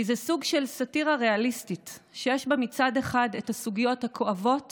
כי זה סוג של סאטירה ריאליסטית שיש בה מצד אחד את הסוגיות הכואבות